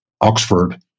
Oxford